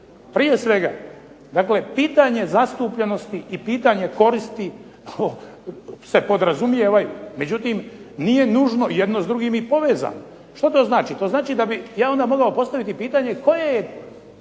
Prije svega, dakle pitanje zastupljenosti i pitanje koristi se podrazumijevaju. Međutim, nije nužno jedno s drugim i povezano. Što to znači? To znači da bi ja onda mogao postaviti pitanje koje je